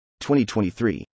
2023